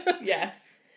Yes